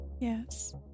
Yes